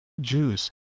juice